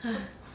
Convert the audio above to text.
!hais!